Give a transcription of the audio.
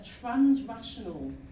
trans-rational